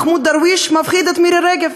מחמוד דרוויש מפחיד את מירי רגב.